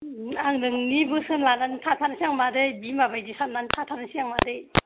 आं नोंनि बोसोन लानानै थाथारसै आं मादै बिमा बायदि साननानै थाथारसै आं मादै